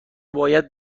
باید